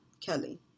Kelly